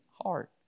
heart